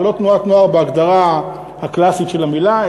זו לא תנועת נוער בהגדרה הקלאסית של המילה,